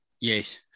yes